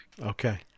okay